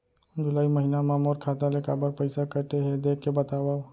जुलाई महीना मा मोर खाता ले काबर पइसा कटे हे, देख के बतावव?